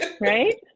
Right